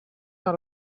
out